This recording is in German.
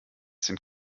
sind